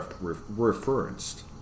referenced